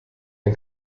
ein